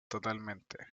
totalmente